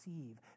receive